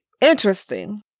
interesting